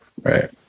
Right